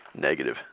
negative